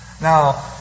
Now